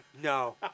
no